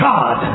God